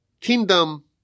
kingdom